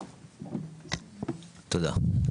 תודה.